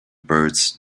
birds